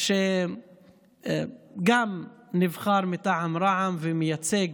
שגם נבחר מטעם רע"מ ומייצג